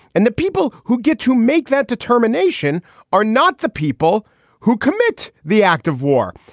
and the people who get to make that determination are not the people who commit the act of war.